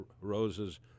Roses